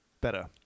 Better